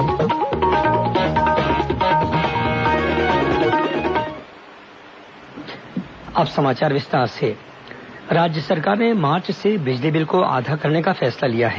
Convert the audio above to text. विधानसभा बहिर्गमन राज्य सरकार ने मार्च से बिजली बिल को आधा करने का फैसला लिया है